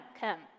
come